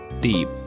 deep